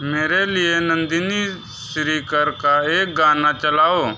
मेरे लिए नंदिनी श्रीकर का एक गाना चलाओ